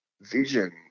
vision